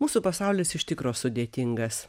mūsų pasaulis iš tikro sudėtingas